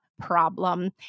problem